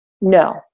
No